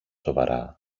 σοβαρά